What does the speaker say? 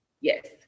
Yes